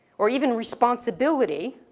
or even responsibility,